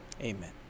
Amen